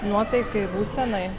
nuotaikai būsenai